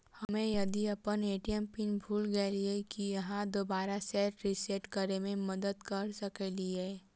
हम्मे यदि अप्पन ए.टी.एम पिन भूल गेलियै, की अहाँ दोबारा सेट रिसेट करैमे मदद करऽ सकलिये?